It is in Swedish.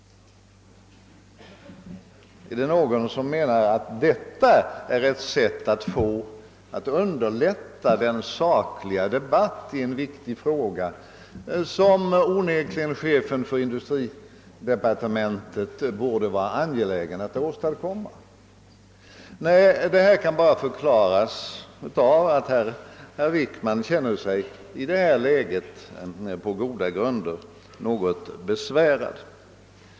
Är det någon som menar att detta är en metod att underlätta en saklig debatt i en viktig fråga som chefen för industridepartementet onekligen borde vara angelägen att åstadkomma? Förklaringen kan bara vara att herr Wickman i det här läget på goda grunder känner sig något besvärad.